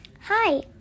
Hi